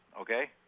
Okay